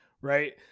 right